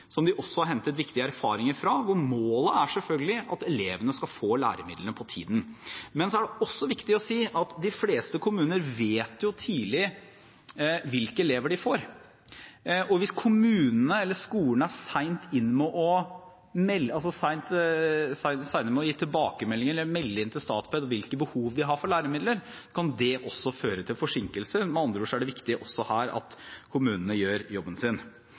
som de også har hentet viktige erfaringer fra, hvor målet selvfølgelig er at elevene skal få læremidlene på tiden. Men så er det også viktig å si at de fleste kommuner jo vet tidlig hvilke elever de får. Hvis kommunene eller skolene er sene med å gi tilbakemeldinger eller melde inn til Statped hvilke behov de har for læremidler, kan det også føre til forsinkelser. Med andre ord er det viktig også her at kommunene gjør jobben sin.